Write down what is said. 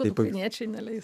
ukrainiečiai neleis